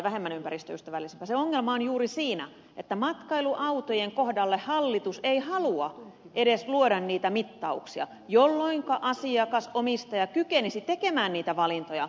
se ongelma on juuri siinä että matkailuautojen kohdalle hallitus ei edes halua luoda niitä mittauksia jolloinka asiakasomistaja kykenisi tekemään niitä valintoja